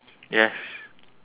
yes